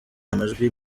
amajwi